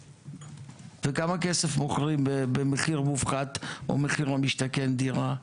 ובכמה כסף מוכרים במחיר מופחת או במחיר משתכן דירה?